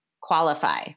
qualify